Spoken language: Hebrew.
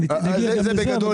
זה בגדול.